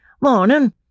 Morning